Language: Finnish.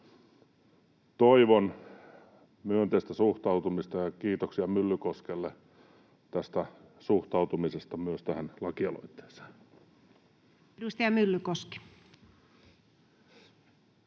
Toivon myönteistä suhtautumista, ja kiitoksia Myllykoskelle tästä suhtautumisesta myös tähän lakialoitteeseen. [Speech 226]